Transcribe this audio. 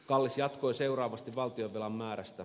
kallis jatkoi seuraavasti valtionvelan määrästä